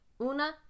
Una